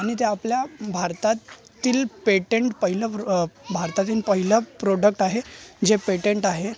आणि ते आपल्या भारतातील पेटेंट पहिलं भारतातील पहिलं प्रोडक्ट आहे जे पेटंट आहे